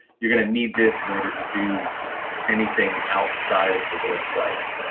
you're going to need this in order to do anything outside of the website.